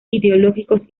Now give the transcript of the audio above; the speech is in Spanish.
ideológicos